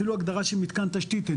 אפילו הגדרה של מתקן תשתית אין.